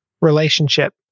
Relationship